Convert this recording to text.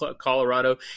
Colorado